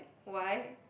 why